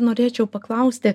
norėčiau paklausti